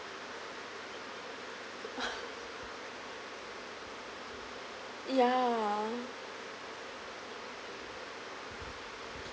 ya